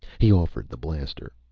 he offered the blaster.